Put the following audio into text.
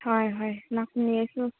ꯍꯣꯏ ꯍꯣꯏ ꯂꯥꯛꯀꯅꯤ ꯑꯩꯁꯨ